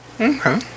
Okay